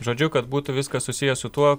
žodžiu kad būtų viskas susiję su tuo